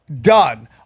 done